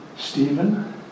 Stephen